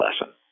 lesson